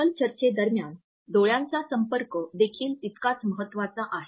panel चर्चेदरम्यान डोळ्यांचा संपर्क देखील तितकाच महत्वाचा आहे